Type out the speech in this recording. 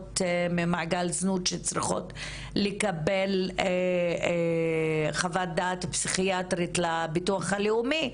יוצאות ממעגל זנות שצריכות לקבל חוות דעת פסיכיאטרית לביטוח הלאומי,